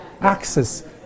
access